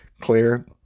clear